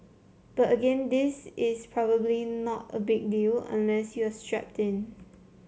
but again this is probably not a big deal unless you are strapped in